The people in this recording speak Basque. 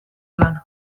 lana